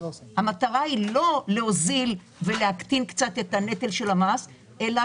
המטרה היא לא להוזיל ולהקטין קצת את הנטל של המס אלא